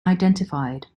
identified